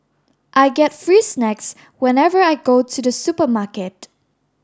I get free snacks whenever I go to the supermarket